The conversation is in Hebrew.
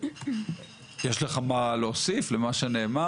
יש לך מה להוסיף למה שנאמר?